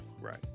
Right